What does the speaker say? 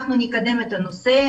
אנחנו נקדם את הנושא,